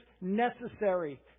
necessary